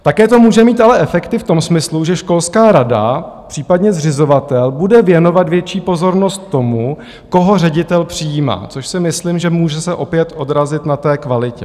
Také to může mít ale efekt i v tom smyslu, že školská rada, případně zřizovatel, bude věnovat větší pozornost tomu, koho ředitel přijímá, což si myslím, že může se opět odrazit na kvalitě.